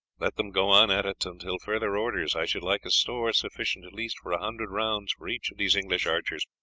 let them go on at it until further orders. i should like a store sufficient at least for a hundred rounds for each of these english archers,